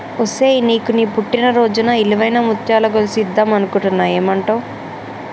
ఒసేయ్ నీకు నీ పుట్టిన రోజున ఇలువైన ముత్యాల గొలుసు ఇద్దం అనుకుంటున్న ఏమంటావ్